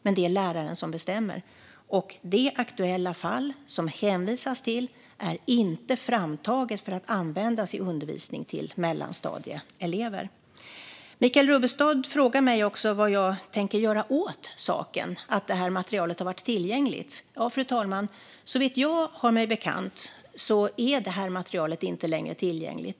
Men det är läraren som bestämmer. Och det aktuella fall som hänvisas till är inte framtaget för att användas i undervisning till mellanstadieelever. Michael Rubbestad frågar mig också vad jag tänker göra åt saken, att det här materialet har varit tillgängligt. Fru talman! Såvitt mig bekant är det här materialet inte längre tillgängligt.